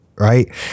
Right